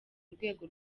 urwego